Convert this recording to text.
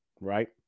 Right